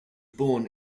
born